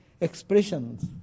expressions